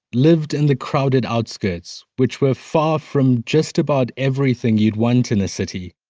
lived in the crowded outskirts, which were far from just about everything you'd want in a city.